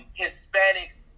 Hispanics